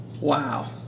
wow